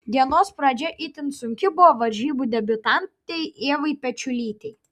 dienos pradžia itin sunki buvo varžybų debiutantei ievai pečiulytei